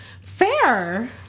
Fair